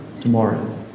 tomorrow